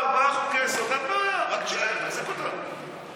אנחנו רואים את שונאי היהדות מרימים ראש.